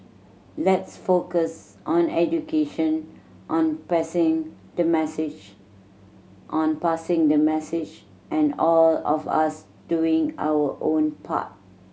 let's focus on education on passing the message on passing the message and all of us doing our own part